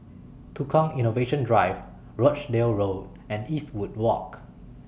Tukang Innovation Drive Rochdale Road and Eastwood Walk